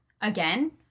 again